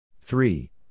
three